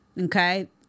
Okay